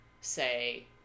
say